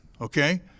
okay